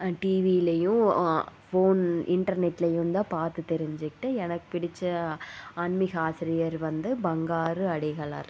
டிவிலையும் ஃபோன் இன்டர்நெட்லையும் தான் பார்த்து தெரிஞ்சிக்கிட்டு எனக்கு பிடிச்ச ஆன்மீக ஆசிரியர் வந்து பங்காரு அடிகளார்